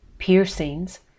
piercings